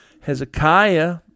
Hezekiah